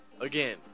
Again